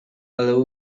allow